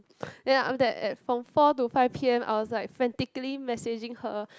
ya I am that at from four to five P_M I was like frantically messaging her